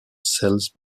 cells